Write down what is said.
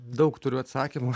daug turiu atsakymų